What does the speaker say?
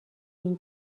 این